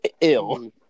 ill